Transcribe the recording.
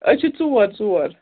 أسۍ چھِ ژور ژور